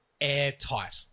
airtight